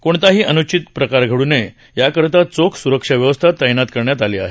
कोणताही अन्चित प्रकार घडू नयेत याकरता चोख सुरक्षा व्यवस्था तैनात करण्यात आली आहे